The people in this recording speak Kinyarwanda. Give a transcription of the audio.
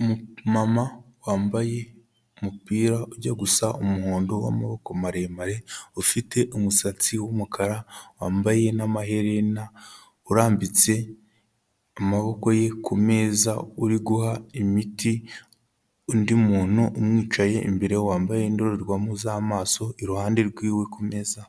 Umumama wambaye umupira ujya gusa umuhondo w'amaboko maremare, ufite umusatsi w'umukara wambaye n'amaherena, urambitse amaboko ye ku meza uri guha imiti undi muntu umwicaye imbere wambaye indorerwamo z'amaso, iruhande rwiwe ku meza